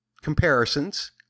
comparisons